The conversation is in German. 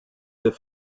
der